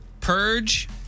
Purge